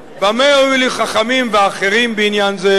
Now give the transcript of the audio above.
במה הועילו חכמים ואחרים בעניין זה?